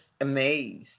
amazed